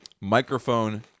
Microphone